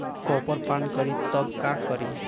Copper पान करी तब का करी?